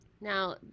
now